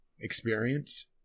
experience